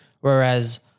Whereas